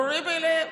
ברורים מאליהם.